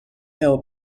ill